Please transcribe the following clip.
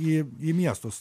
į į miestus